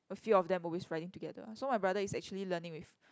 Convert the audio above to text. a few of them always riding together so my brother is actually learning with